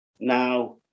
now